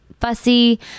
fussy